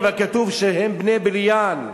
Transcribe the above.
אבל כתוב שהם בני בליעל: